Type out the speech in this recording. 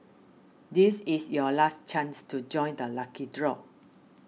this is your last chance to join the lucky draw